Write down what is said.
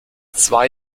zwei